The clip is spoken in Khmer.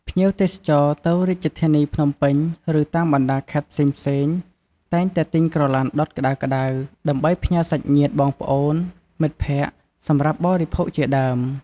ភ្ញៀវទេសចរទៅរាជធានីភ្នំពេញ ឬតាមបណ្តាខេត្តផ្សេងៗ តែងតែទិញក្រឡានដុតក្តៅៗ ដើម្បីផ្ញើសាច់ញ្ញាតិបងប្អូនមិត្តភក្តិសម្រាប់បរិភោគជាដើម។